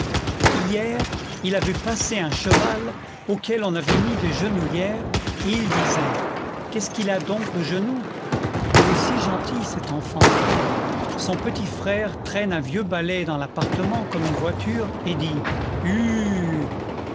hier il a vu passer un cheval auquel on avait mis des genouillères et il disait qu'est-ce qu'il a donc aux genoux il est si gentil cet enfant son petit frère traîne un vieux balai dans l'appartement comme une voiture et dit